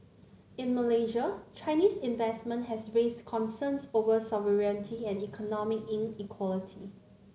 in Malaysia Chinese investment has raised concerns over sovereignty and economic inequality